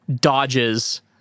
dodges